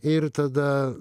ir tada